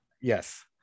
yes